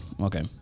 okay